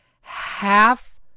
half